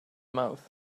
mouth